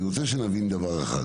אני רוצה שנבין דבר אחד: